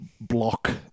block